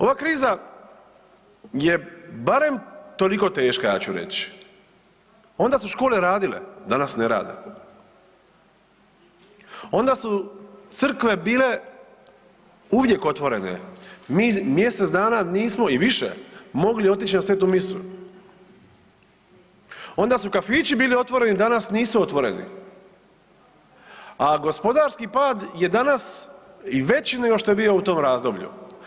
Ova kriza je barem toliko teška ja ću reći, onda su škole radile, danas ne rade, onda su crkve bile uvijek otvorene, mi mjesec dana i više nismo mogli otići na svetu misu, onda su kafići bili otvoreni, danas nisu otvoreni, a gospodarski pad je i danas i veći nego što je bio u tom razdoblju.